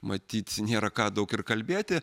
matyt nėra ką daug ir kalbėti